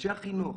אנשי החינוך,